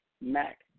Mac